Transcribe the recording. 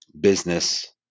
business